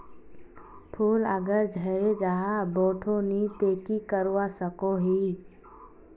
फूल अगर झरे जहा बोठो नी ते की करवा सकोहो ही?